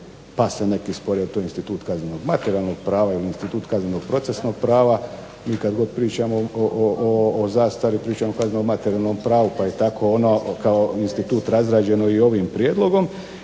pa se neki spore je li to institut kaznenog materijalnog prava ili institut kaznenog procesnog prava. Mi kad god pričamo o zastati pričamo o kaznenom materijalnom pravu pa je tako ono kao institut razrađeno i ovim prijedlogom